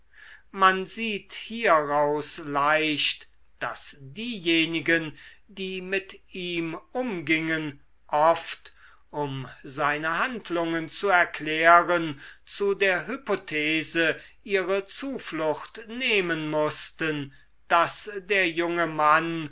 man sieht hieraus leicht daß diejenigen die mit ihm umgingen oft um seine handlungen zu erklären zu der hypothese ihre zuflucht nehmen mußten daß der junge mann